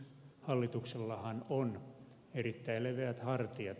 hallituksellahan on erittäin leveät hartiat